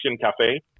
cafe